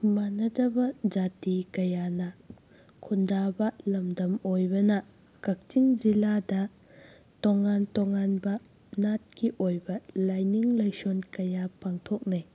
ꯃꯥꯟꯅꯗꯕ ꯖꯥꯇꯤ ꯀꯌꯥꯅ ꯈꯨꯟꯗꯥꯕ ꯂꯝꯗꯝ ꯑꯣꯏꯕꯅ ꯀꯛꯆꯤꯡ ꯖꯤꯂꯥꯗ ꯇꯣꯉꯥꯟ ꯇꯣꯉꯥꯟꯕ ꯅꯥꯠꯀꯤ ꯑꯣꯏꯕ ꯂꯥꯏꯅꯤꯡ ꯂꯥꯏꯁꯣꯟ ꯀꯌꯥ ꯄꯥꯡꯊꯣꯛꯅꯩ